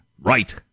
Right